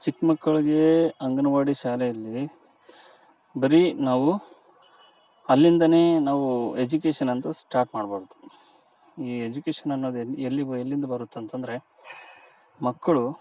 ಚಿಕ್ಕ ಮಕ್ಕಳಿಗೆ ಅಂಗನವಾಡಿ ಶಾಲೆಯಲ್ಲಿ ಬರಿ ನಾವು ಅಲ್ಲಿಂದ ನಾವು ಎಜುಕೇಶನಂತು ಸ್ಟಾರ್ಟ್ ಮಾಡಬಾಡ್ದು ಈ ಎಜುಕೇಷನ್ ಅನ್ನೊದು ಎಲ್ಲಿ ಬ ಎಲ್ಲಿಂದ ಬರುತ್ತೆ ಅಂತಂದರೆ ಮಕ್ಕಳು